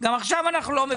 גם עכשיו אנחנו לא מבינים למה.